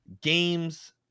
games